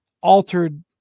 altered